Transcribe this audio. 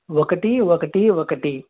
ఒకటి ఒకటి ఒకటి